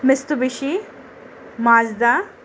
Mitsubishi Mazda